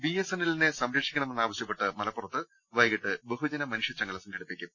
B S N എല്ലിനെ സംരക്ഷിക്കണമെന്നാവശ്യപ്പെട്ട് മലപ്പു റത്ത് വൈകിട്ട് ബഹുജന മനുഷ്യചങ്ങല സംഘടിപ്പിക്കും